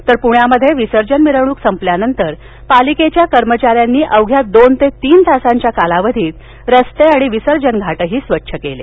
तर पुण्यात विर्सजन मिरवणुक संपल्यानंतर पालिकेच्या कर्मचा यांनी अवघ्या दोन ते तीन तासाच्या कालावधीतच रस्ते आणि विर्सजनघाट स्वच्छ केले